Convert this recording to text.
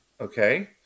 okay